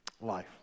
life